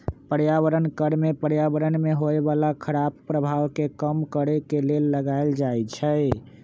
पर्यावरण कर में पर्यावरण में होय बला खराप प्रभाव के कम करए के लेल लगाएल जाइ छइ